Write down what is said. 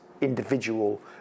individual